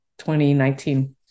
2019